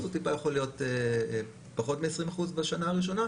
הוא טיפה יכול להיות פחות מ-20% בשנה הראשונה,